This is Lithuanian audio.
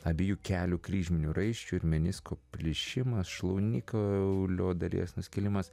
abiejų kelių kryžminių raiščių ir menisko plyšimas šlaunikaulio dalies nuskilimas